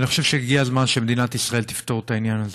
אני חושב שהגיע הזמן שמדינת ישראל תפתור את העניין הזה.